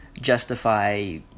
justify